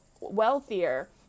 wealthier